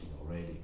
already